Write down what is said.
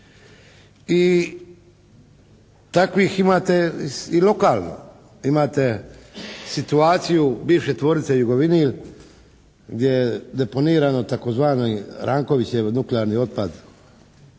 i takvih imate i lokalno. Imate situaciju bivše tvornice Jugovinil gdje je deponiran tzv. Rankovićev nuklearni otpad